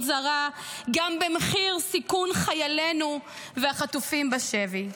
זרה גם במחיר סיכון חיילינו והחטופים בשבי.